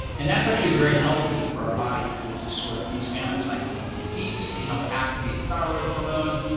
and that's actually very healthy for our body as a sort of feast famine cycle. when we feast, we help activate thyroid hormone,